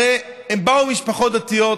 הרי הם באו ממשפחות דתיות,